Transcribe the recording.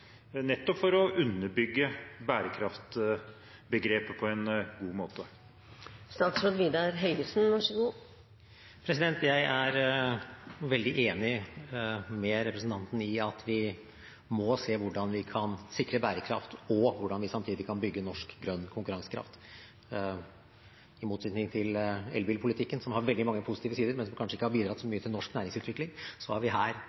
nettopp for å underbygge bærekraftbegrepet på en god måte? Jeg er veldig enig med representanten i at vi må se hvordan vi kan sikre bærekraft, og hvordan vi samtidig kan bygge norsk grønn konkurransekraft. I motsetning til elbilpolitikken, som har veldig mange positive sider, men som kanskje ikke har bidratt så mye til norsk næringsutvikling, har vi her